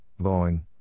Boeing